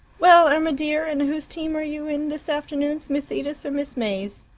well, irma dear, and whose team are you in this afternoon miss edith's or miss may's?